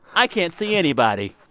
i can't see anybody